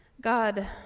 God